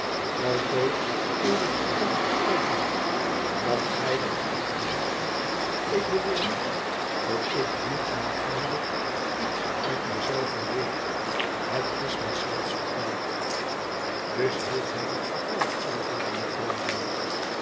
altoos in de vooronderstelling dat gij dat gedaan hebt ik beweer niet dat ik dieaangaande iets uit mij zelven weet het is mij slechts verteld dus heeft hij dat verteld antwoordde mevrouw